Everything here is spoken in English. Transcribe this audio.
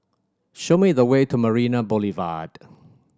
show me the way to Marina Boulevard